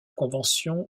convention